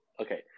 Okay